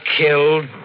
killed